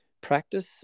practice